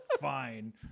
fine